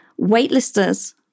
waitlisters